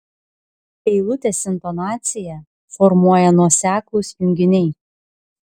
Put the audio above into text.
eilutės intonaciją formuoja nuoseklūs junginiai